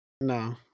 no